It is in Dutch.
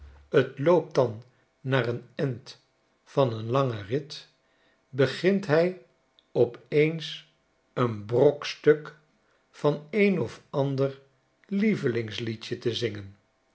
t loopt dan naar n end van een langen rit begint hij op eens een brokstuk van een of ander lievelingsliedje te zingen